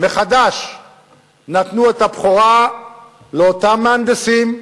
מחדש נתנו את הבכורה לאותם מהנדסים,